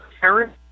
Karen